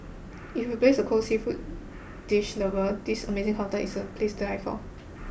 if you base a cold seafood dish lover this amazing counter is a place to die for